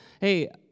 hey